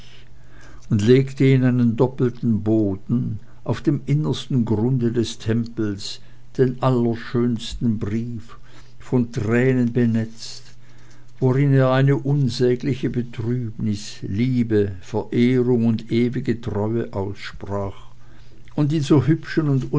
und legte in einen doppelten boden auf dem innersten grunde des tempels den allerschönsten brief von tränen benetzt worin er eine unsägliche betrübnis liebe verehrung und ewige treue aussprach und in so hübschen